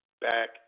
back